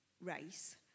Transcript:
race